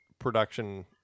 production